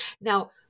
Now